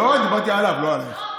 לא, דיברתי עליו, לא עלייך.